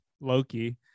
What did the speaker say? Loki